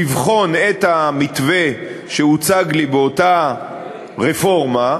לבחון את המתווה שהוצג לי באותה רפורמה,